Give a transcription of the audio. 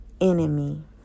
enemy